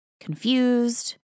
confused